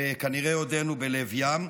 וכנראה עודנו בלב ים.